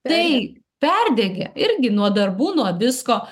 tai perdegė irgi nuo darbų nuo visko